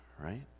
right